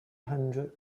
hundred